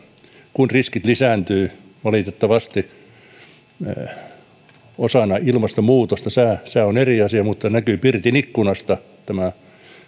kun riskit valitettavasti lisääntyvät osana ilmastonmuutosta sää sää on eri asia mutta näkyy pirtin ikkunasta tämä